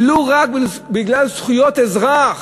ולו רק בגלל זכויות האזרח,